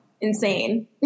insane